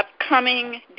upcoming